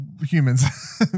humans